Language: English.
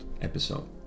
episode